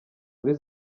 muri